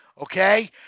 okay